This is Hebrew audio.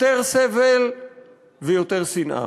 יותר סבל ויותר שנאה.